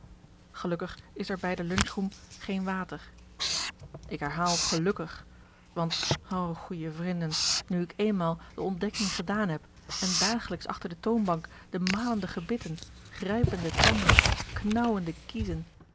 gelukkig is er bij de lunchroom geen water ik herhaal gelukkig want o goeie vrinden nu ik eenmaal de ontdekking gedaan heb en daaglijks achter de toonbank de malende gebitten grijpende tanden knauwende kiezen